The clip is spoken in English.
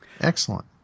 Excellent